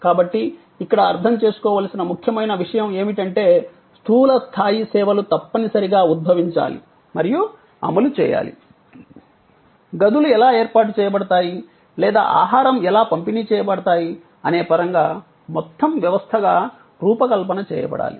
కాబట్టి ఇక్కడ అర్థం చేసుకోవలసిన ముఖ్యమైన విషయం ఏమిటంటే స్థూల స్థాయి సేవలు తప్పనిసరిగా ఉద్భవించాలి మరియు అమలు చేయాలి గదులు ఎలా ఏర్పాటు చేయబడతాయి లేదా ఆహారం ఎలా పంపిణీ చేయబడతాయి అనే పరంగా మొత్తం వ్యవస్థగా రూపకల్పన చేయబడాలి